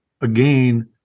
again